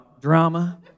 Drama